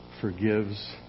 forgives